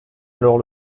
alors